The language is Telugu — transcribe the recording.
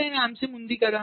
దిగుబడి అనే అంశం ఉంది